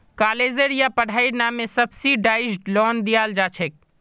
कालेजेर या पढ़ाईर नामे सब्सिडाइज्ड लोन दियाल जा छेक